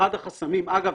אגב,